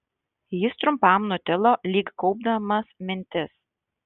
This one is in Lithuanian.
jis trumpam nutilo lyg kaupdamas mintis